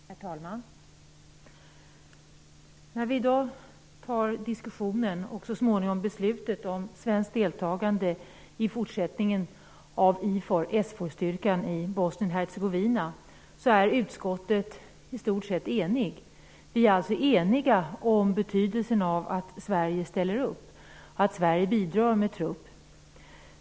Herr talman! När vi i dag tar diskussionen och så småningom beslutet om fortsatt svenskt deltagande i SFOR-styrkan i Bosnien-Hercegovina är vi i utskottet i stort sett eniga. Vi är alltså eniga om betydelsen av att Sverige ställer upp, av att Sverige bidrar med trupp.